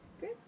good